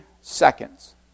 seconds